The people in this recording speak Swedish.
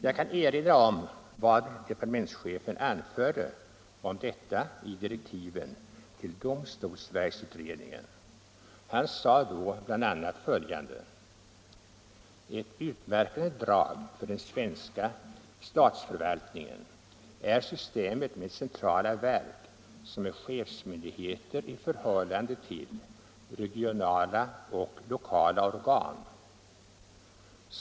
Jag kan erinra om vad departementschefen anförde om detta i direktiven till domstolsverksutredningen. Han sade då bl.a. följande: Ett utmärkande drag i den svenska statsförvaltningen är systemet med centrala verk som är chefsmyndigheter i förhållande till vissa regionala eller lokala organ.